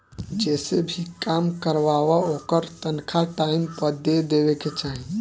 जेसे भी काम करवावअ ओकर तनखा टाइम पअ दे देवे के चाही